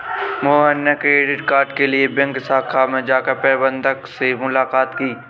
मोहन ने credit card के लिए बैंक शाखा में जाकर प्रबंधक से मुलाक़ात की